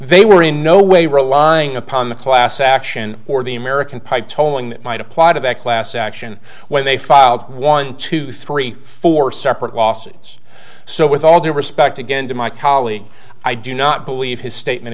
they were in no way relying upon the class action or the american pie tolling that might apply to that class action where they filed one two three four separate lawsuits so with all due respect again to my colleague i do not believe his statement